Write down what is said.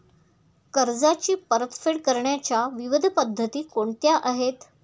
कर्जाची परतफेड करण्याच्या विविध पद्धती कोणत्या आहेत?